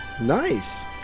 Nice